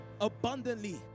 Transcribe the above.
abundantly